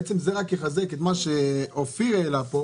בעצם זה רק יחזק את מה שאופיר העלה פה,